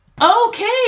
Okay